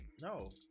no